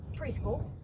preschool